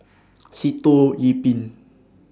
Sitoh Yih Pin